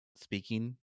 speaking